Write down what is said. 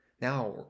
Now